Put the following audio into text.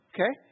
Okay